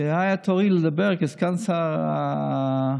כשהיה תורי לדבר כסגן שר הבריאות,